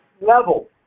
level